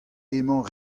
emañ